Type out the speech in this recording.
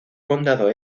condado